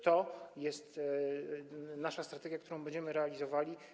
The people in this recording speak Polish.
To jest strategia, którą będziemy realizowali.